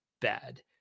bad